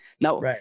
Now